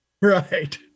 Right